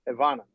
Ivana